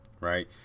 right